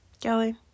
Kelly